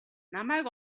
намайг